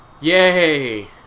yay